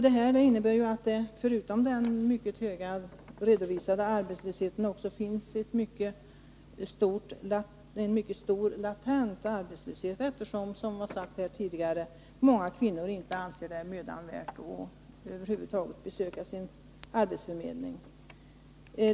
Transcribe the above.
Detta innebär att det förutom den mycket höga redovisade arbetslösheten också finns en mycket stor latent arbetslöshet eftersom, enligt vad som sagts här tidigare, många kvinnor inte anser det mödan värt att över huvud taget besöka sin arbetsförmedling.